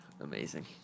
Amazing